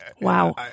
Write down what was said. Wow